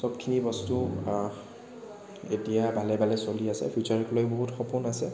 চব খিনি বস্তু এতিয়া ভালে ভালে চলি আছে ফিউচাৰক লৈ বহুত সপোন আছে